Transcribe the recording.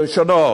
כלשונו: